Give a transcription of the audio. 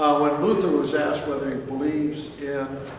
when luther was asked whether he believes in